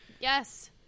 Yes